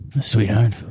sweetheart